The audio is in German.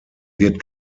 wird